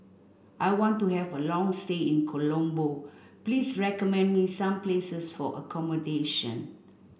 I want to have a long stay in Colombo please recommend me some places for accommodation